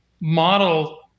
model